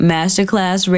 Masterclass